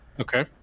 okay